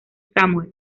samuel